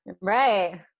Right